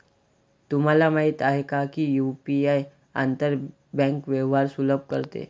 तुम्हाला माहित आहे का की यु.पी.आई आंतर बँक व्यवहार सुलभ करते?